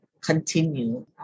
continue